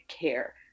care